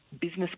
business